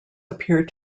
appear